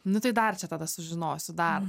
nu tai dar čia tada sužinosiu dar